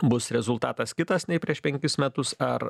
bus rezultatas kitas nei prieš penkis metus ar